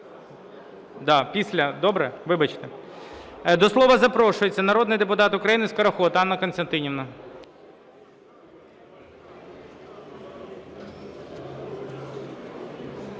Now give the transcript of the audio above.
До слова запрошується народний депутат України Скороход Анна Костянтинівна.